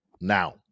now